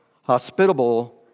hospitable